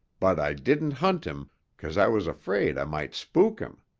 but i didn't hunt him cause i was afraid i might spook him.